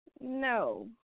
No